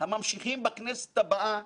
הממשיכים בכנסת הבאה